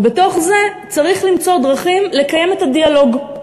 ובתוך זה צריך למצוא דרכים לקיים את הדיאלוג.